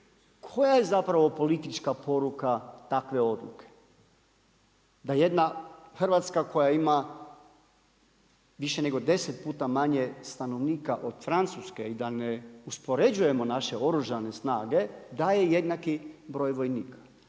koja je zapravo politička poruka takve odluke? Da jedna Hrvatska koja ima više nego 10 puta manje stanovnika od Francuske i da ne uspoređujemo naše oružane snage, daje jednaki broj vojnika.